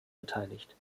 beteiligt